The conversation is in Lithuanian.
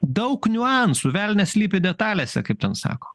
daug niuansų velnias slypi detalėse kaip ten sako